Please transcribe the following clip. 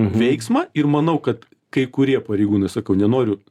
veiksmą ir manau kad kai kurie pareigūnai sakau nenoriu